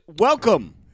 Welcome